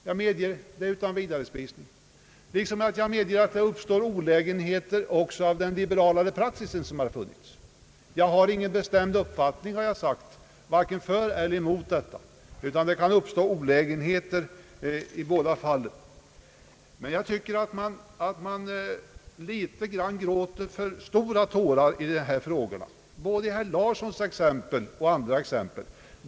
Det medger jag utan vidare spisning, liksom jag medger att det kan uppstå olägenheter också på grund av den liberalare praxis som har funnits. Som jag har sagt har jag ingen bestämd uppfattning — det kan uppstå olägenheter i båda fallen. Men jag tycker att man fäller för stora tårar i dessa frågor, och det gäller både herr Larssons exempel och andra exempel.